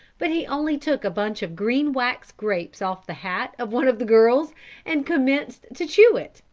but he only took a bunch of green wax grapes off the hat of one of the girls and commenced to chew it,